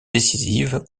décisive